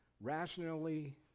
rationally